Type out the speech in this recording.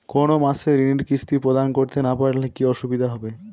কোনো মাসে ঋণের কিস্তি প্রদান করতে না পারলে কি অসুবিধা হবে?